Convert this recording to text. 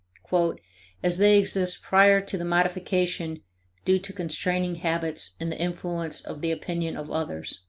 as they exist prior to the modification due to constraining habits and the influence of the opinion of others.